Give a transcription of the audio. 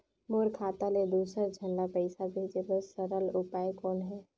मोर खाता ले दुसर झन ल पईसा भेजे बर सरल उपाय कौन हे?